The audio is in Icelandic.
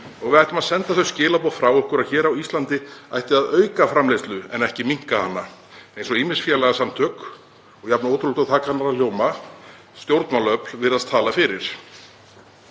og við ættum að senda þau skilaboð frá okkur að hér á Íslandi ætti að auka framleiðslu en ekki minnka hana, eins og ýmis félagasamtök og, jafn ótrúlegt og það kann að hljóma, stjórnmálaöfl virðast tala fyrir.